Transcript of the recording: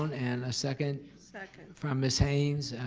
and a second? second. from miss haynes.